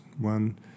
one